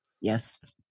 Yes